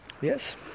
Yes